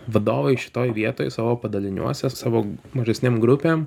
vadovai šitoj vietoj savo padaliniuose savo mažesnėm grupėm